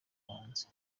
y’ubuhanzi